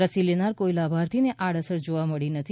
રસી લેનારા કોઈ લાભાર્થીને આડઅસર જોવા મળી નથી